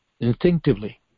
Instinctively